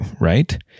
right